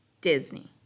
Disney